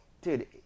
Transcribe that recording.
Dude